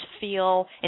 feel